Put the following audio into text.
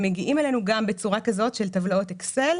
הם מגיעים אלינו גם בצורה כזאת של טבלאות אקסל.